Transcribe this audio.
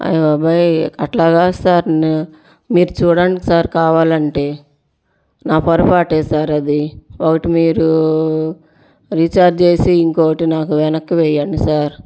అయి బాబోయ్ అట్లా కాదు సర్ మీరు చూడండి సర్ కావాలంటే నా పొరపాటే సర్ అది ఒకటి మీరు రిచార్జ్ చేసి ఇంకోటి నాకు వెనక్కివేయండి సర్